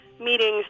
meetings